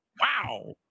wow